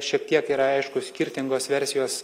šiek tiek yra aišku skirtingos versijos